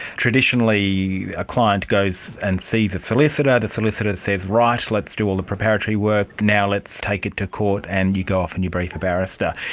traditionally a client goes and sees a solicitor, the solicitor says right, let's do all the preparatory work, now it's take it to court and you go off and you brief a barrister.